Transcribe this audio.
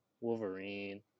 Wolverine